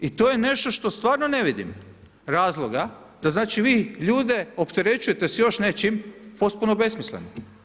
I to je nešto što stvarno ne vidim razloga da znači vi ljude opterećujete s još nečim potpuno besmisleno.